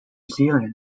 zealand